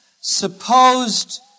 supposed